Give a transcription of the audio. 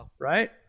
right